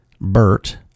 Bert